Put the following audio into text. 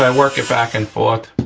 um work it back and forth.